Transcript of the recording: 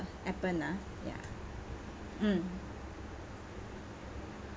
Appen ah ya mm